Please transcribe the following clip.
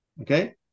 Okay